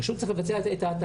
פשוט צריך לבצע את ההתאמה.